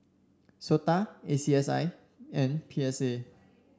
SOTA A C S I and P S A